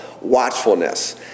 watchfulness